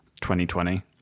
2020